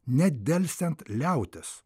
nedelsiant liautis